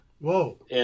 Whoa